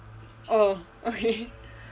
oh okay